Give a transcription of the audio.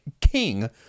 king